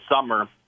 summer